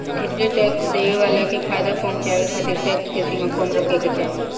ढेरे टैक्स देवे वाला के फायदा पहुचावे खातिर टैक्स के सीमा कम रखे के चाहीं